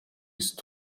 ist